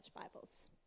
Bibles